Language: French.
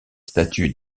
statues